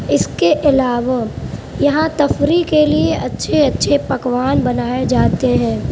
اس کے علاوہ یہاں تفریح کے لیے اچھے اچھے پکوان بنائے جاتے ہیں